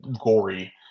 gory